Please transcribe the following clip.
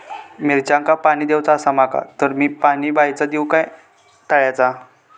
मिरचांका पाणी दिवचा आसा माका तर मी पाणी बायचा दिव काय तळ्याचा?